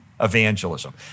evangelism